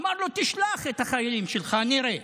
אמר לו: תשלח את החיילים שלך, נראה.